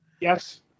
Yes